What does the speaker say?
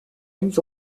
mis